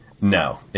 No